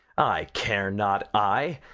i care not, i,